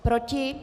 Proti?